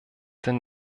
denn